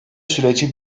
süreci